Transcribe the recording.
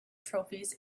trophies